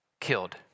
killed